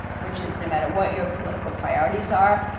which is, no matter what your political priorities are,